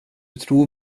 tror